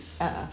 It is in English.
ah ah